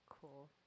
cool